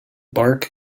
bark